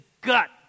gut